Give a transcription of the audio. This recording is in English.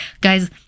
Guys